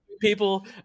people